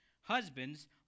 Husbands